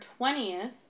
20th